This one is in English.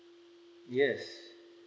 yes